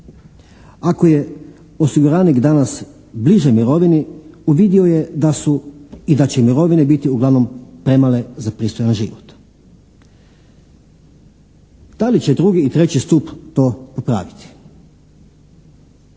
Ako je osiguranik danas bliže mirovini uvidio je da su i da će mirovine biti uglavnom premale za pristojan život. Da li će drugi i treći stup to popraviti?